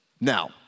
Now